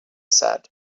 said